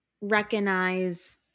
recognize